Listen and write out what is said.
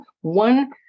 one